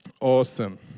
Awesome